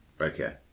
Okay